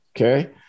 Okay